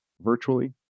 virtually